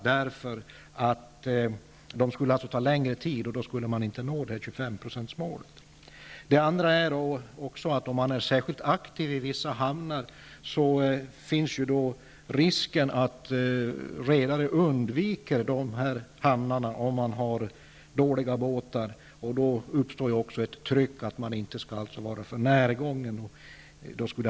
De skulle ta längre tid att kontrollera, och då skulle man inte nå 25 Om man är särskilt aktiv i vissa hamnar, finns en risk att redare undviker dessa hamnar om de har dåliga båtar. Då uppstår ett tryck att man inte skall vara alltför närgången.